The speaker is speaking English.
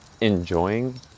enjoying